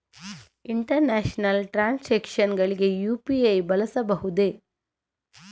International transactions ಗಳಿಗೆ UPI ಬಳಸಬಹುದೇ?